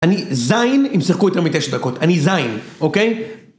אני זין אם שיחקו יותר מ-9 דקות, אני זין, אוקיי?